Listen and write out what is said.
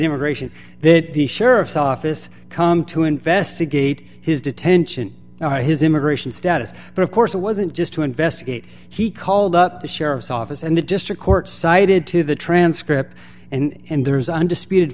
immigration that the sheriff's office come to investigate his detention or his immigration status but of course it wasn't just to investigate he called up the sheriff's office and the district court cited to the transcript and there was undisputed